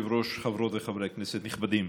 אדוני היושב-ראש, חברות וחברי כנסת נכבדים,